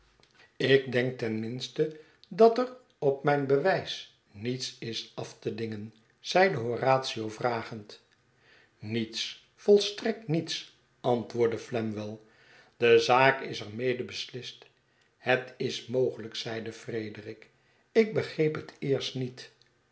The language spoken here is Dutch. ik denk ten minste dat er op mijn bewijs niets is af te dingen zeide horatio vragend niets volstrekt niets antwoordde flamwell de zaak is er mede beslist het is mogel'yk zeide frederik ik begreep het eerst niet